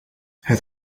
het